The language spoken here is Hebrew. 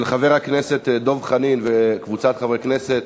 של חבר הכנסת דב חנין וקבוצת חברי הכנסת.